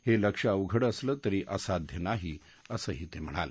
हे लक्ष्य अवघड असलं तरी असाध्य नाही असंही ते म्हणाले